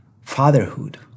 fatherhood